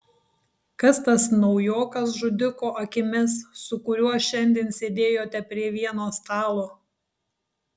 kas tas naujokas žudiko akimis su kuriuo šiandien sėdėjote prie vieno stalo